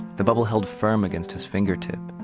the bubble held firm against his fingertip.